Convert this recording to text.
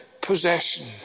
possession